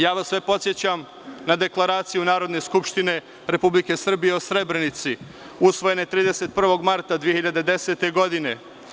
Ja vas sve podsećam na Deklaraciju Narodne skupštine Republike Srbije o Srebrenici, usvojene 31. marta 2010. godine.